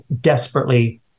desperately